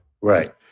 Right